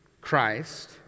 Christ